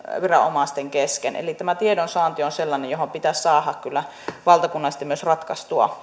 viranomaisten kesken eli tämä tiedonsaanti on sellainen asia joka pitäisi saada kyllä valtakunnallisesti ratkaistua